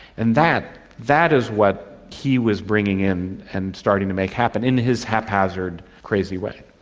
and that that is what he was bringing in and starting to make happen, in his haphazard crazy way.